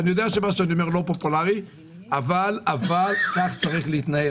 אני יודע שמה שאני אומר לא פופולרי אבל כך צריך להתנהל,